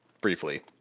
briefly